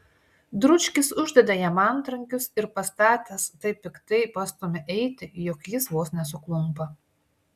dručkis uždeda jam antrankius ir pastatęs taip piktai pastumia eiti jog jis vos nesuklumpa